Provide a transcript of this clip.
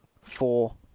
four